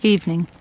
Evening